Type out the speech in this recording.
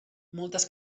moltes